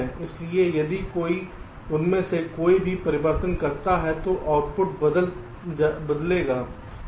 इसलिए यदि कोई उनमें से कोई भी परिवर्तन करता है तो आउटपुट बदल जाएगा